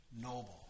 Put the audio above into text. noble